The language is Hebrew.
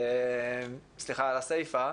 סליחה על הסיפה,